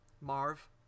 marv